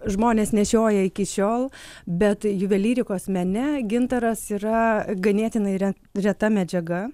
žmonės nešioja iki šiol bet juvelyrikos mene gintaras yra ganėtinai yra reta medžiaga